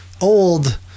old